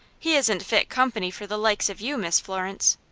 he isn't fit company for the likes of you, miss florence.